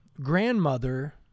grandmother